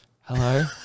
hello